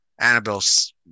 Annabelle's